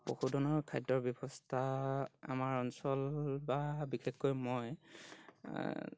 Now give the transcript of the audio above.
পশুধনৰ খাদ্যৰ ব্যৱস্থা আমাৰ অঞ্চল বা বিশেষকৈ মই